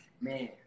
man